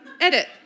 Edit